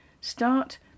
Start